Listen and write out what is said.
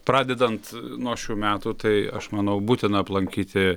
pradedant nuo šių metų tai aš manau būtina aplankyti